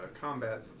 combat